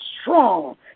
strong